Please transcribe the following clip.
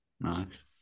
Nice